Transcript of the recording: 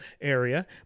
area